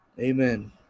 amen